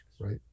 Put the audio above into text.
right